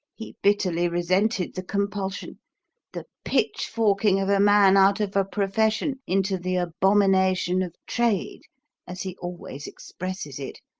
he bitterly resented the compulsion the pitchforking of a man out of a profession into the abomination of trade as he always expresses it